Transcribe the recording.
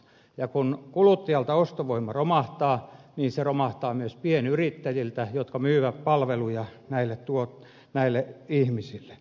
ja kun kuluttajalta ostovoima romahtaa niin se romahtaa myös pienyrittäjiltä jotka myyvät palveluja näille ihmisille